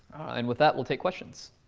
and with that, we'll take questions.